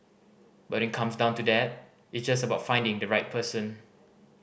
but when it comes to that it's just about finding the right person